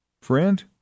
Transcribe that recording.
Friend